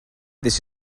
this